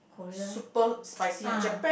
Korea ah